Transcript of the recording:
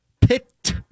Pit